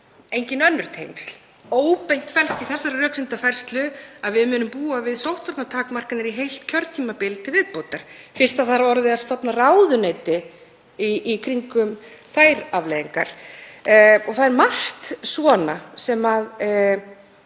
Engin önnur tengsl. Óbeint felst í þessari röksemdafærslu að við munum búa við sóttvarnatakmarkanir í heilt kjörtímabil til viðbótar fyrst verið er að stofna ráðuneyti í kringum þær afleiðingar. Það er margt svona sem